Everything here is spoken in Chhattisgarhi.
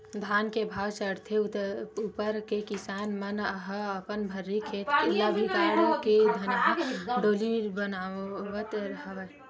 धान के भाव चड़हे ऊपर ले किसान मन ह अपन भर्री खेत ल बिगाड़ के धनहा डोली बनावत हवय